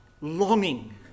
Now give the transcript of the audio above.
longing